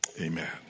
Amen